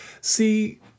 See